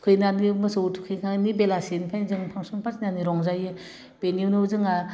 थुखैनानै मोसौ थुखांनायनि बेलासिनिफ्रायनो जों पांसन फाथिनानै रंजायो बेनि उनाव जोंहा